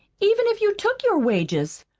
even if you took your wages.